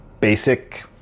Basic